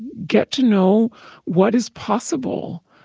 get to know what is possible.